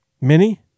Minnie